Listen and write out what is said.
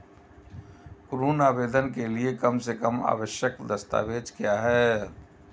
ऋण आवेदन के लिए कम से कम आवश्यक दस्तावेज़ क्या हैं?